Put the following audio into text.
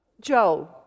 Joe